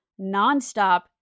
nonstop